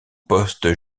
poste